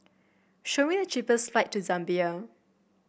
show me the cheapest flight to Zambia